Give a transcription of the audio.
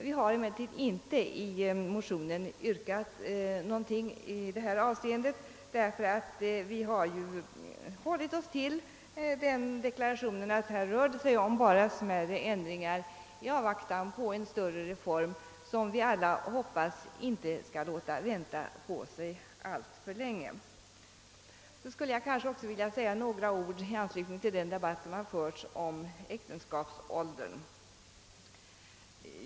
Vi har emellertid inte yrkat någonting i detta avseende i motionen, utan vi har hållit oss till deklarationen, att det här rör sig om endast smärre ändringar i avvaktan på en större reform, som vi alla hoppas inte skall låta vänta på sig alltför länge. Så skulle jag också vilja säga några ord i anslutning till den debatt som har förts om äktenskapsåldern.